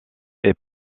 est